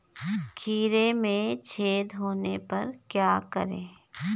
खीरे में छेद होने पर क्या करें?